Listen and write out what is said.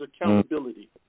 accountability